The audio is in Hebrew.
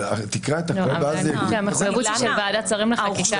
כי המחויבות היא של ועדת שרים לחקיקה,